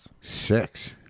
Six